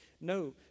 No